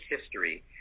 history